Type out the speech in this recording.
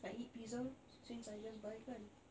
I eat pizza lah since I just buy kan